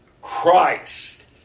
Christ